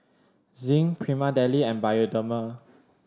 Zinc Prima Deli and Bioderma